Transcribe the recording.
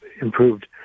improved